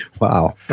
wow